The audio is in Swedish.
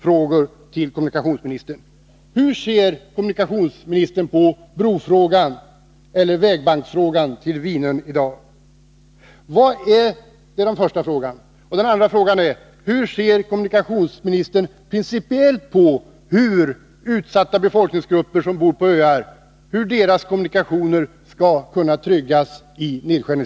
Hur ser kommunikationsministern på frågan om bro eller vägbank till Vinön i dag?